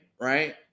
Right